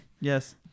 Yes